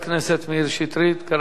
כרגיל, ההצעות שלך מאוד מעניינות.